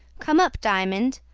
come up, diamond,